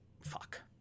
Fuck